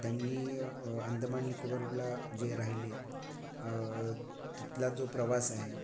त्यांनी अंदमान निकोबारला जे राहिले तिथला जो प्रवास आहे